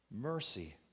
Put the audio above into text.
Mercy